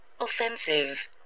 offensive